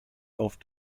auf